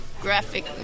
graphic